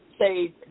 say